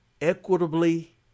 equitably